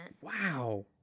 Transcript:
Wow